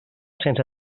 cents